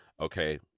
Okay